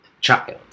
child